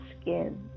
skin